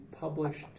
published